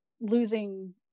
losing